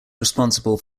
responsible